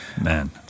man